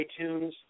iTunes